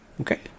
Okay